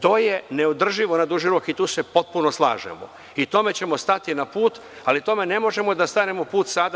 To je neodrživo na duži rok i tu se potpuno slažemo i tome ćemo stati na put, ali tome ne možemo da stanemo na put sada.